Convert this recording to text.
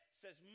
says